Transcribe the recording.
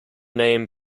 name